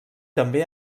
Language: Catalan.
també